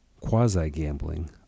quasi-gambling